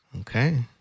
Okay